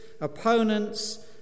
opponents